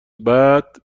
بعد